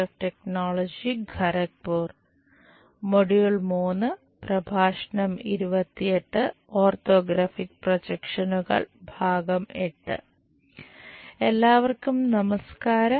orthographic പ്രൊജക്ഷനുകൾ I എല്ലാവർക്കും നമസ്ക്കാരം